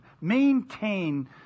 maintain